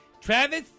Travis